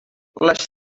les